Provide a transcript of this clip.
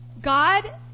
God